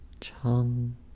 Chum